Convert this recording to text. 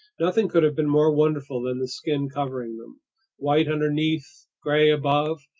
nothing could have been more wonderful than the skin covering them white underneath, gray above,